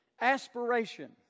aspiration